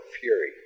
fury